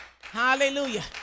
Hallelujah